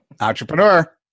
Entrepreneur